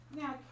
Now